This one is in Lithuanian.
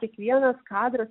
kiekvienas kadras